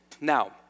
Now